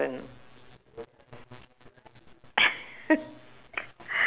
I don't know yishun also that's the thing I am I'm very bad with yishun